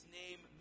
name